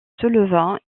souleva